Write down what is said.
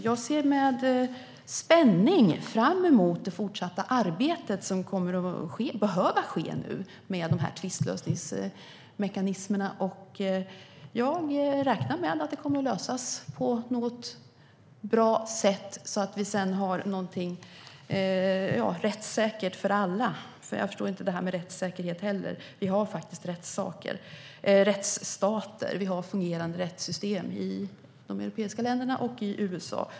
Jag ser med spänning fram emot det fortsatta arbetet som kommer att behöva ske med tvistlösningsmekanismen. Jag räknar med att det kommer att lösa sig på något bra sätt så att vi får något som är rättssäkert för alla. Jag förstår inte det där med rättssäkerheten heller. Vi har faktiskt rättsstater, och vi har fungerande rättssystem i de europeiska länderna och i USA.